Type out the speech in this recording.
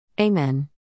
Amen